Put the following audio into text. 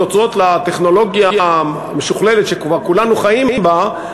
הודות לטכנולוגיה המשוכללת שכבר כולנו חיים בה,